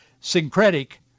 syncretic